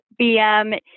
BM